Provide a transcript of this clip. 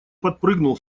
подпрыгнул